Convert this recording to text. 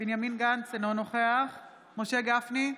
בנימין גנץ, אינו נוכח משה גפני,